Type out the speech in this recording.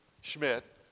Schmidt